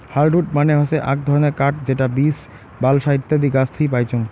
hardwood মানে হসে আক ধরণের কাঠ যেটা বীচ, বালসা ইত্যাদি গাছ থুই পাইচুঙ